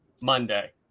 monday